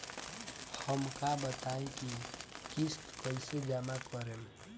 हम का बताई की किस्त कईसे जमा करेम?